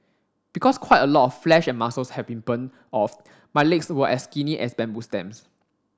because quite a lot of flesh and muscles had been burnt off my legs were as skinny as bamboo stems